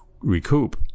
recoup